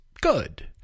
good